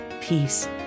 peace